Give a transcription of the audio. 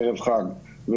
ערב חג,